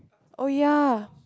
oh ya